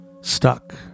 stuck